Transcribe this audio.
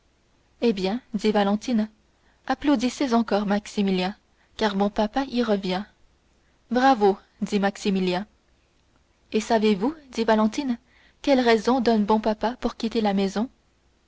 eh bien dit valentine applaudissez encore maximilien car bon papa y revient bravo dit maximilien et savez-vous dit valentine quelle raison donne bon papa pour quitter la maison